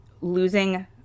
losing